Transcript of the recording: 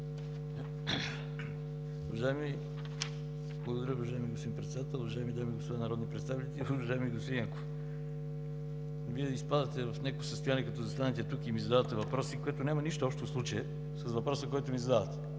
Уважаеми господин Председател, уважаеми дами и господа народни представители! Уважаеми господин Янков, Вие изпадате в някакво състояние като застанете тук и ми задавате въпроси, които нямат нищо общо в случая с въпроса, който ми задавате.